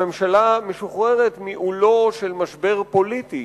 הממשלה משוחררת מעולו של משבר פוליטי,